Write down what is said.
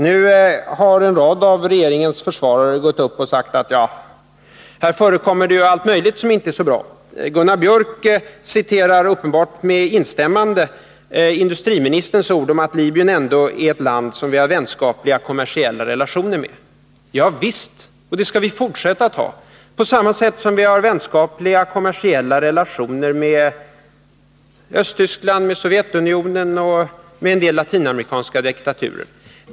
Nu har en rad av regeringens försvarare gått upp i denna talarstol och sagt att det förekommer allt möjligt som inte är så bra. Gunnar Biörck i Värmdö citerade, uppenbarligen med instämmande, industriministerns ord att Libyen ändå är ett land som vi har vänskapliga kommersiella relationer med. Javisst har vi det, och det skall vi fortsätta att ha. På samma sätt har vi vänskapliga kommersiella relationer med Östtyskland, Sovjetunionen och en del latinamerikanska diktaturer.